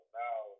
now